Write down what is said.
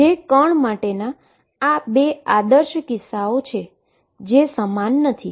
જે પાર્ટીકલ માટે આ બે આદર્શ કિસ્સાઓ છે જે સમાન નથી